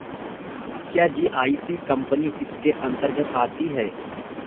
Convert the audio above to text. क्या GIC company इसके अन्तर्गत आती है?